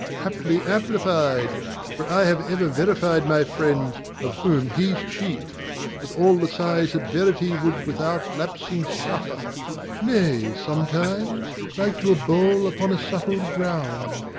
haply amplified for i have ever verified my friends of whom he's chief with all the size that verity would without lapsing suffer nay, sometimes, like to a bowl upon a subtle ground,